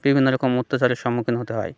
বিভিন্ন রকম অত্যাচারের সম্মুখীন হতে হয়